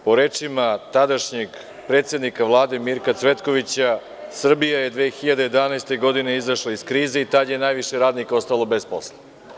Po rečima tadašnjeg predsednika Vlade, Mirka Cvetkovića, Srbija je 2011. godine izašla iz krize i tada je najviše radnika ostalo bez posla.